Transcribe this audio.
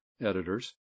editors